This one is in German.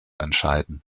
entscheiden